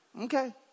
Okay